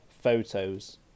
photos